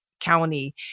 county